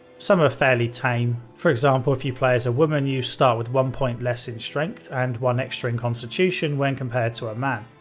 some are fairly tame. for example, if you play as a woman, you start with one point less in strength and one extra in constitution when compared to a man,